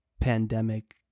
pandemic